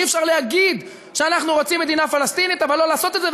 אי-אפשר להגיד שאנחנו רוצים מדינה פלסטינית אבל לא לעשות את זה,